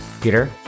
Peter